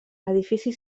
edifici